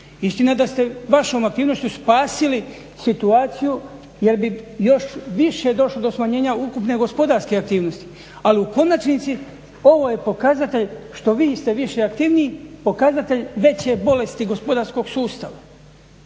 Istina da ste vašom aktivnošću spasili situaciju jer bi još više došlo do smanjenja ukupne gospodarske aktivnosti. Ali u konačnici ovo je pokazatelj što vi ste više aktivniji pokazatelj veće bolesti gospodarskog sustava.